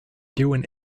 doing